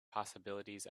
possibilities